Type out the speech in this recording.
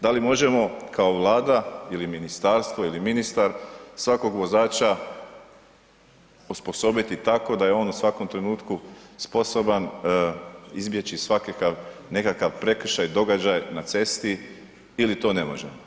Da li možemo kao Vlada ili ministarstvo ili ministar svakog vozača osposobiti tako da je on u svakom trenutku sposoban izbjeći svakakav, nekakav prekršaj, događaj na cesti ili to ne možemo.